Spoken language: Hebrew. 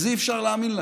אז אי-אפשר להאמין לכם.